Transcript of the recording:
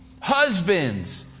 Husbands